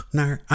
naar